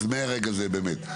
אז מרגע זה באמת,